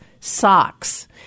socks